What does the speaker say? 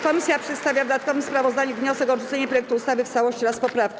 Komisja przedstawia w dodatkowym sprawozdaniu wniosek o odrzucenie projektu ustawy w całości oraz poprawki.